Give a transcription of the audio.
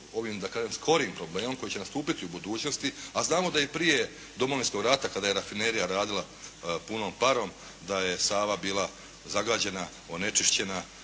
ovim da kažem skorim problemom koji će nastupiti u budućnosti, a znamo da i prije Domovinskog rata kada je rafinerija radila punom parom, da je Sava bila zagađena, onečišćena,